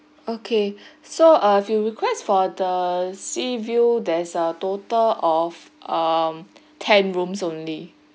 okay so err if you request for the sea view there's a total of um ten rooms only